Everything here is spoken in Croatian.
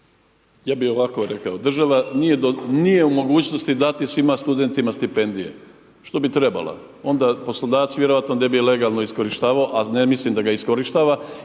Ja bi ovo rekao, država nije u mogućnosti dati svima studentima stipendije što bi trebala. Onda poslodavci vjerojatno da bi je legalno iskorištavao a ne mislim da ga iskorištava